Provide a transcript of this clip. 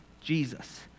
Jesus